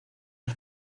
las